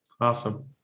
Awesome